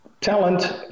Talent